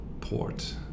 port